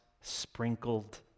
sprinkled